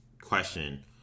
question